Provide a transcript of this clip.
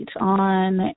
on